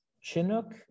chinook